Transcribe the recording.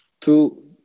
two